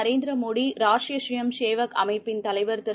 நரேந்திரமோடி ராஷ்ட்ரியசுயம் சேவக் அமைப்பின் தலைவர் திரு